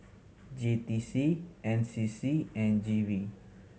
J T C N C C and G V